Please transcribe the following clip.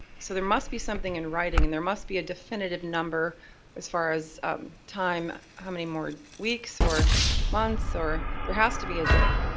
so there must be something in writing and there must be a definitive number as far as time, how many more weeks, or months, or there has to be a day.